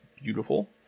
beautiful